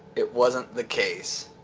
it wasn't the case,